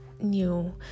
new